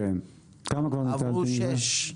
כבר עברו שש.